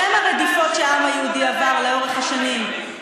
בשם הרדיפות שהעם היהודי עבר לאורך השנים,